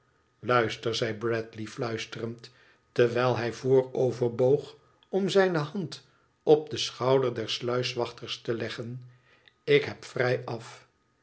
zei bradley fluisterend terwijl hij vooroverboog om zijne hand op den schouder des sluiswachters te leggen ik heb vrijaf